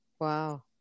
Wow